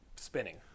spinning